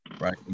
right